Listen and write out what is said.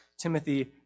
Timothy